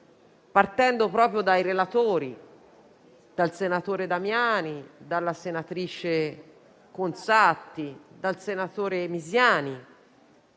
partendo proprio dai relatori, il senatore Damiani, la senatrice Conzatti e il senatore Misiani.